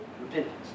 repentance